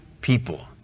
people